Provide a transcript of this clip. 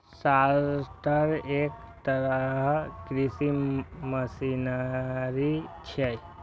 sorter एक तरहक कृषि मशीनरी छियै